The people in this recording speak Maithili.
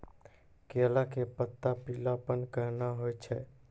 केला के पत्ता पीलापन कहना हो छै?